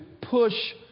push